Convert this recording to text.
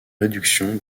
réduction